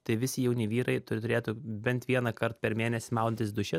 tai visi jauni vyrai turėtų bent vienąkart per mėnesį maudantis duše